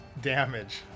damage